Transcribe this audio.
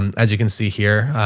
um as you can see here,